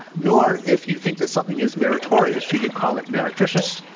nor if you think that something is meritorious should you call it meretricious.